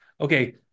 okay